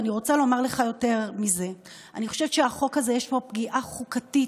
אני רוצה לומר לך יותר מזה: אני חושבת שבחוק הזה יש פגיעה חוקתית